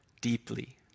deeply